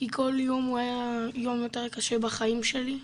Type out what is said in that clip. כי כל יום הוא היה יום יותר קשה בחיים שלי.